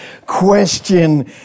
question